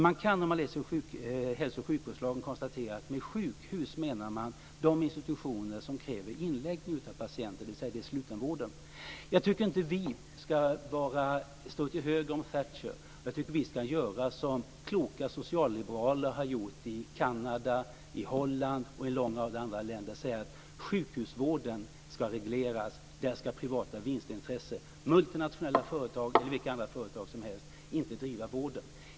Man kan när man läser hälso och sjukvårdslagen konstatera att sjukhus är de institutioner som kräver inläggning av patienter, dvs. slutenvården. Jag tycker inte att vi ska stå till höger om Thatcher. Jag tycker att vi ska göra som kloka socialliberaler har gjort i Kanada, Holland och en lång rad andra länder, dvs. sjukhusvården ska regleras, och privata vinstintressen, multinationella företag och andra företag, ska inte bedriva vården.